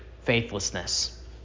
faithlessness